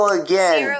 again